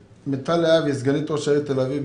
מיטל להבי, סגנית ראש העיר תל אביב.